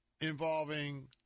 involving